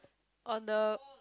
on the